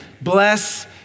Bless